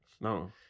No